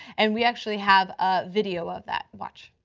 and we actually have ah video of that. watch.